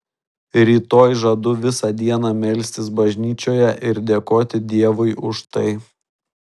rytoj žadu visą dieną melstis bažnyčioje ir dėkoti dievui už tai